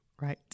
right